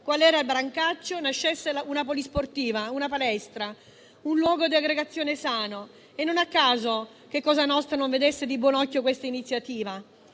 qual era il Brancaccio nascesse una polisportiva, una palestra, un luogo di aggregazione sano. Non è un caso che Cosa nostra non vedesse di buon occhio questa iniziativa: